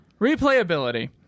replayability